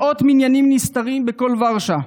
מאות מניינים נסתרים בכל ורשה,